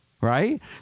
right